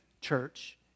church